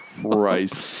Christ